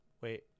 Wait